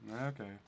Okay